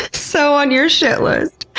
so on your shit list.